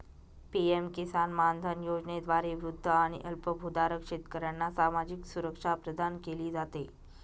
PM Kisan Maandhan योजनेद्वारे वृद्ध आणि अल्पभूधारक शेतकऱ्यांना सामाजिक सुरक्षा प्रदान केली जाते